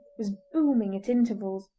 was booming at intervals,